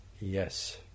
Yes